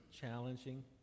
challenging